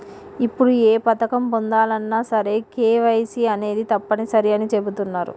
ఇప్పుడు ఏ పథకం పొందాలన్నా సరే కేవైసీ అనేది తప్పనిసరి అని చెబుతున్నరు